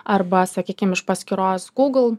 arba sakykim iš paskyros google